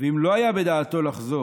"ואם לא היה בדעתו לחזור